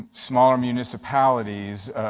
and smaller municipalities,